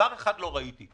דבר אחד לא ראיתי,